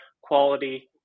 quality